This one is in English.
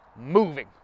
moving